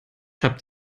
habt